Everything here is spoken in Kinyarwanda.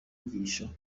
nyigisho